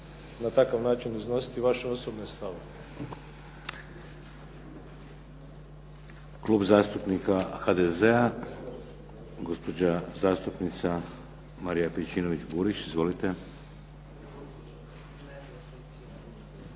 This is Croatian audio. na takav način iznositi vaše osobne stavove.